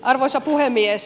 arvoisa puhemies